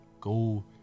go